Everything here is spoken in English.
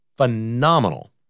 phenomenal